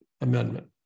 amendment